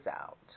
out